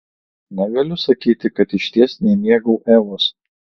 negaliu sakyti kad išties nemėgau evos